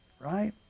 Right